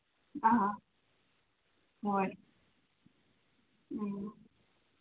ꯑꯥ ꯍꯣꯏ ꯎꯝ